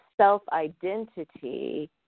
self-identity